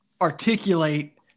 articulate